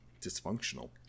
dysfunctional